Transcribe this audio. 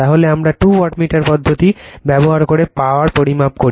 তাহলে আমরা two wattmeter পদ্ধতি ব্যবহার করে পাওয়ার পরিমাপ করি